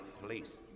police